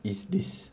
is this